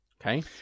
okay